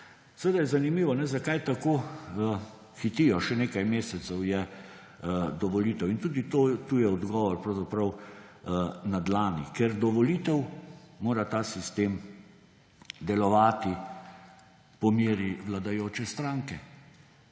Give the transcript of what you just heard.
Seveda je zanimivo, zakaj tako hitijo. Še nekaj mesecev je do volitev. In tudi tu je odgovor pravzaprav na dlani. Ker do volitev mora ta sistem delovati po meri vladajoče stranke